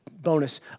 bonus